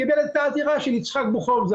הוא קיבל את העתירה של יצחק בוקובזה.